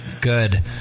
Good